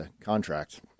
contract